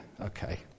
okay